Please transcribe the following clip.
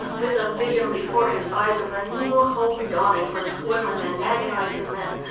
with a vision before his eyes of a new hope dawning for toiling and agonizing men,